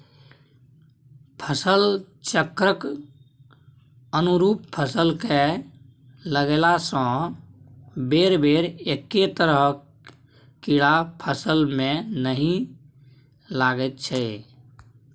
फसल चक्रक अनुरूप फसल कए लगेलासँ बेरबेर एक्के तरहक कीड़ा फसलमे नहि लागैत छै